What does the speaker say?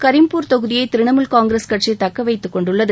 கரீம்பூர் தொகுதியை திரிணாமூல் காங்கிரஸ் கட்சி தக்க வைத்துக் கொண்டுள்ளது